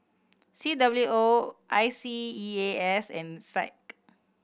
C W O I C E A S and SAC